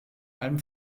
allem